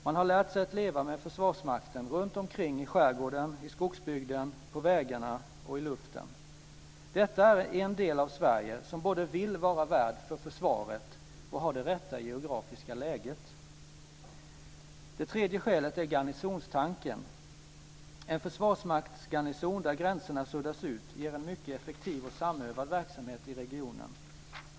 Man har lärt sig att leva med Försvarsmakten runtomkring i skärgården, i skogsbygden, på vägarna och i luften. Detta är en del av Sverige som både vill vara värd för försvaret och har det rätta geografiska läget. Det tredje skälet är garnisonstanken. En försvarsmaktsgarnison där gränserna suddas ut ger en mycket effektiv och samövad verksamhet i regionen.